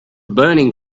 burning